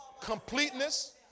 Completeness